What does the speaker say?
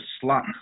slot